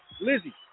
Lizzie